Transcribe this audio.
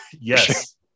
Yes